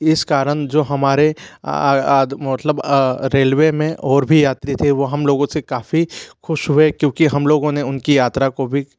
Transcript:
इस कारण जो हमारे मतलब रेलवे में और भी यात्री थे वह हम लोगों से काफ़ी खुश हुए क्योंकि हम लोगों ने उनकी यात्रा को भी